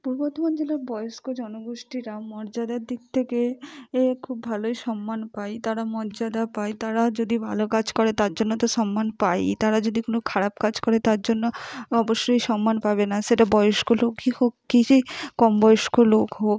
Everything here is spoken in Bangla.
পূর্ব বর্ধমান জেলার বয়স্ক জনগোষ্ঠীরা মর্যাদার দিক থেকে এ খুব ভালোই সম্মান পায় তারা মর্যাদা পায় তারা যদি ভালো কাজ করে তার জন্য তো সম্মান পায়ই তারা যদি কোনো খারাপ কাজ করে তার জন্য অবশ্যই সম্মান পাবে না সেটা বয়স্ক লোকই হোক কি সে কম বয়স্ক লোক হোক